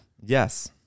yes